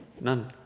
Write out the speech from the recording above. None